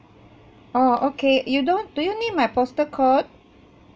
oh okay you don't do you need my postal code